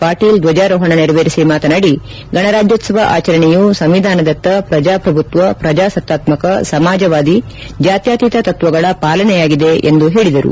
ಪಾಟೀಲ್ ಧ್ವಜಾರೋಹಣ ನೆರವೇರಿಸಿ ಮಾತನಾಡಿ ಗಣರಾಜ್ಯೋತ್ವವ ಆಚರಣೆಯು ಸಂವಿಧಾನದತ್ತ ಪ್ರಜಾಪ್ರಭುತ್ವ ಪ್ರಜಾಸತಾತ್ಮಕ ಸಮಾಜವಾದಿ ಜಾತ್ಯತೀತ ತತ್ವಗಳ ಪಾಲನೆಯಾಗಿದೆ ಎಂದು ಹೇಳಿದರು